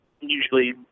usually